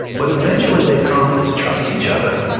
but eventually they come to trust each other,